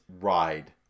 ride